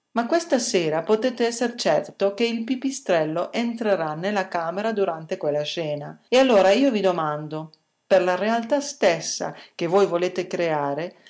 ma questa sera potete esser certo che il pipistrello entrerà nella camera durante quella scena e allora io vi domando per la realtà stessa che voi volete creare